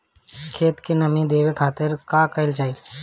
खेत के नामी देवे खातिर का कइल जाला?